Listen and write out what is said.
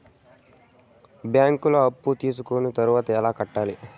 బ్యాంకులో అప్పు తీసుకొని తర్వాత ఎట్లా కట్టాలి?